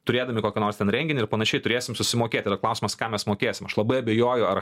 turėdami kokį nors ten renginį ir panašiai turėsim susimokėti yra klausimas ką mes mokėsim aš labai abejoju ar